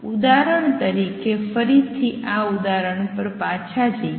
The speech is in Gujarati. ઉદાહરણ તરીકે ફરીથી આ ઉદાહરણ પર પાછા જઈએ